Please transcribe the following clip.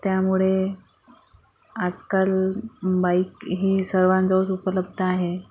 त्यामुळे आसकाल बाइक ही सर्वांजवळच उपलब्ध आहे